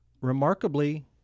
remarkably